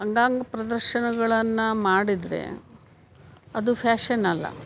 ಅಂಗಾಗ ಪ್ರದರ್ಶನಗಳನ್ನು ಮಾಡಿದರೆ ಅದು ಫ್ಯಾಷನಲ್ಲ